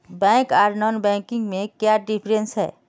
Bank आर non banking में क्याँ डिफरेंस है?